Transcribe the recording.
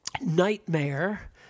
Nightmare